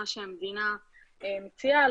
מה שהמדינה מציעה,